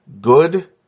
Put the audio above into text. good